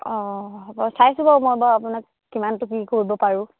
অঁ হ'ব চাইছোঁ বাৰু মই বাৰু আপোনাক কিমানটো কি কৰিব পাৰোঁ